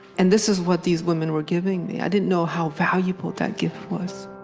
and this is what these women were giving me. i didn't know how valuable that gift was